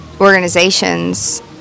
organizations